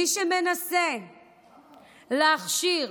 מי שמנסה להכשיר